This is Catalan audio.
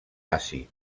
àcid